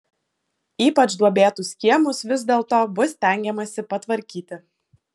ypač duobėtus kiemus vis dėlto bus stengiamasi patvarkyti